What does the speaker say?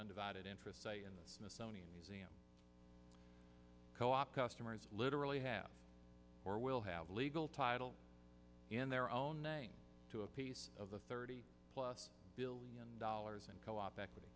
undivided interest in the smithsonian museum co op customers literally have or will have a legal title in their own name to a piece of the thirty plus billion dollars in co op equity